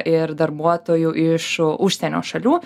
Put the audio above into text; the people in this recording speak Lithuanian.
ir darbuotojų iš užsienio šalių